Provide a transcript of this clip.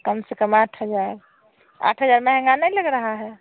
कम से कम आठ हज़ार आठ हज़ार महंगा नहीं लग रहा है